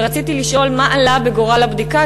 ורציתי לשאול מה עלה בגורל הבדיקה,